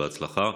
בהצלחה.